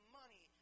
money